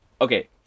Okay